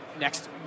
next